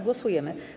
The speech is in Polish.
Głosujemy.